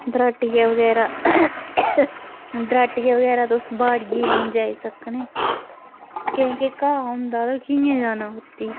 दराटियै बगैरा दराटी दे बगैरा तुस बाड़ियै नेईं जाई सकने केईं केईं घाह् होंदा कियां जाना कुती